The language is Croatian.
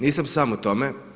Nisam sam u tome.